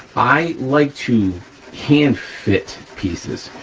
i like to hand-fit pieces.